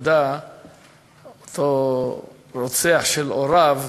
התוודה אותו רוצח של הוריו,